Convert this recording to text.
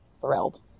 thrilled